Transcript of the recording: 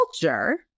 culture